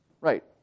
right